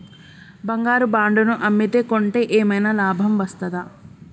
బంగారు బాండు ను అమ్మితే కొంటే ఏమైనా లాభం వస్తదా?